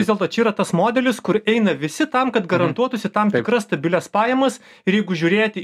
vis dėlto čia yra tas modelis kur eina visi tam kad garantuotųsi tam tikras stabilias pajamas ir jeigu žiūrėti